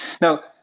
Now